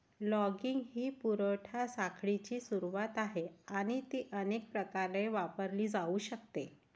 logging ही पुरवठा साखळीची सुरुवात आहे आणि ती अनेक प्रकारे वापरली जाऊ शकते